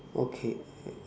okay